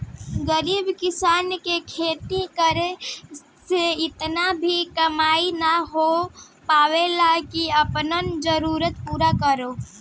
गरीब किसान के खेती करे से इतना भी कमाई ना हो पावेला की आपन जरूरत पूरा करो